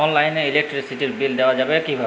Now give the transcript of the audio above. অনলাইনে ইলেকট্রিসিটির বিল দেওয়া যাবে কিভাবে?